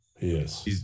Yes